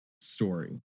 story